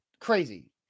crazy